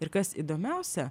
ir kas įdomiausia